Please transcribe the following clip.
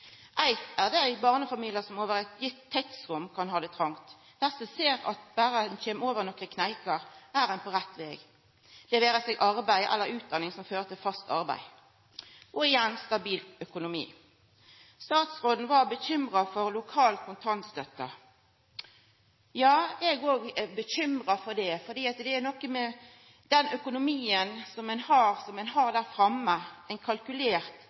eit godt liv. Éin ting er dei barnefamiliane som over eit gitt tidsrom kan ha det trongt. Desse ser at berre ein kjem over nokre kneikar, er ein på rett veg, det vera seg arbeid eller utdanning som fører til fast arbeid, og igjen stabil økonomi. Statsråden var bekymra for lokal kontantstøtte. Ja, eg òg er bekymra for det, for det er noko med den økonomien som ein har som ein kalkulert, stabil økonomi, som då forsvinn, Vi har